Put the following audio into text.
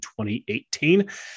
2018